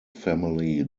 family